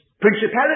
Principality